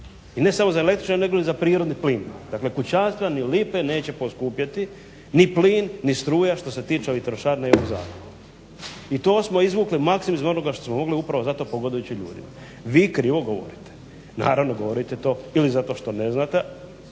I ne samo za električni, negoli za prirodni plin. Dakle, kućanstva ni lipe neće poskupjeti, ni plin, ni struja što se tiče ovih trošarina i ovog zakona. I to smo izvukli maksimum iz onoga što smo mogli upravo zato pogodujući ljudima. Vi krivo govorite, naravno govorite to ili zato što ne znate